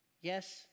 Yes